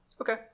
Okay